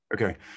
Okay